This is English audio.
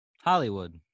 Hollywood